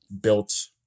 built